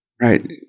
right